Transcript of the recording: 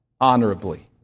honorably